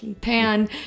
pan